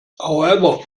however